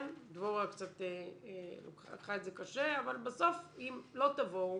דבורה קצת לקחה את זה קשה אבל בסוף אם לא תבואו,